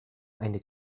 eine